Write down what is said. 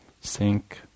sink